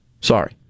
Sorry